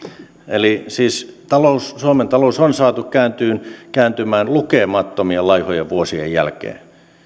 eli siis suomen talous on saatu kääntymään kääntymään lukemattomien laihojen vuosien jälkeen